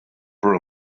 for